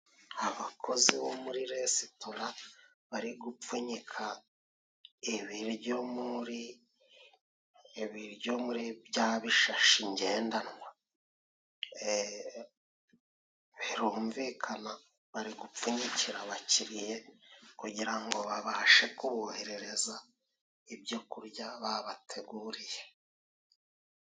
Abakozi bo muri resitora bari gupfunyika ibiryo muri bya bishashi ngendanwa. Birumvikana bari gupfunyikira abakiriye kugirango ngo babashe kuboherereza ibyo kurya babateguriye.